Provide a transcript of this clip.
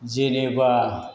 जेरैबा